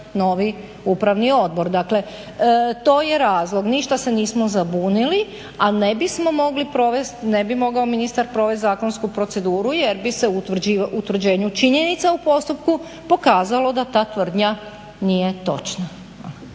novi Upravni odbor. Dakle, to je razlog. Ništa se nismo zabunili, ali ne bismo mogli provesti, ne bi mogao ministar provesti zakonsku proceduru jer bi se u utvrđenju činjenica u postupku pokazalo da ta tvrdnja nije točna.